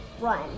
run